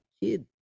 kid